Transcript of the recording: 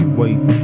wait